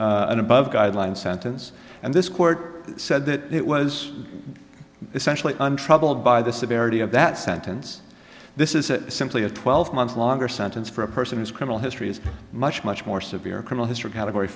upward and above guideline sentence and this court said that it was essentially i'm troubled by the severity of that sentence this is simply a twelve month longer sentence for a person his criminal history is much much more severe criminal history category